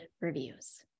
reviews